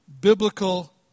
biblical